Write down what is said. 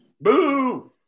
Boo